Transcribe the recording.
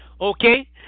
Okay